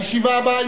הישיבה הבאה,